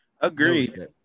Agreed